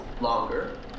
longer